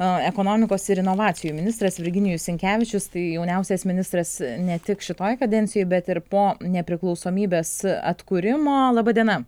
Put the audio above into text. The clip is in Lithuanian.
ekonomikos ir inovacijų ministras virginijus sinkevičius tai jauniausias ministras ne tik šitoj kadencijoj bet ir po nepriklausomybės atkūrimo laba diena